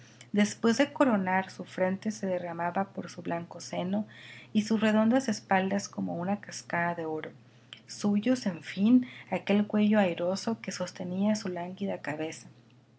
después de coronar su frente se derramaba por su blanco seno y sus redondas espaldas como una cascada de oro suyos en fin aquel cuello airoso que sostenía su lánguida cabeza